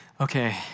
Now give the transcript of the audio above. okay